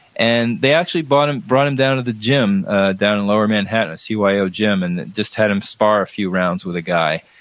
and they actually brought him brought him down to the gym down in lower manhattan, a cyo gym, and just had him spar a few rounds with a guy.